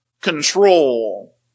control